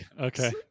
Okay